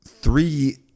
three